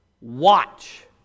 watch